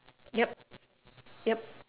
yup yup